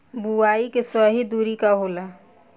बुआई के सही दूरी का होला?